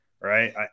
right